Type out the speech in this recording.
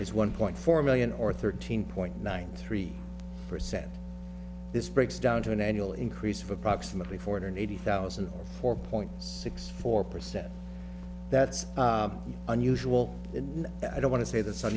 is one point four million or thirteen point nine three percent this breaks down to an annual increase for approximately four hundred eighty thousand four point six four percent that's unusual and i don't want to say the sun